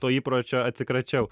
to įpročio atsikračiau